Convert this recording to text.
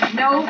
no